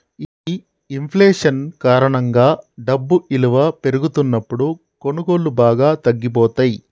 ఈ ఇంఫ్లేషన్ కారణంగా డబ్బు ఇలువ పెరుగుతున్నప్పుడు కొనుగోళ్ళు బాగా తగ్గిపోతయ్యి